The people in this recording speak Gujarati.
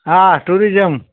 હા ટુરિઝમ